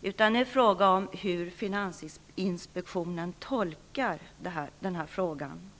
Det handlar om hur finansinspektionen tolkar frågan.